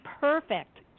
perfect